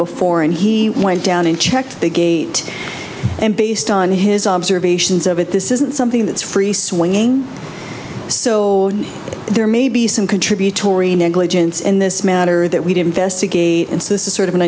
before and he went down and checked the gate and based on his observations of it this isn't something that's free swinging so there may be some contributory negligence in this matter that we did investigate and this is sort of an